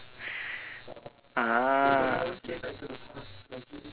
ah